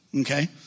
Okay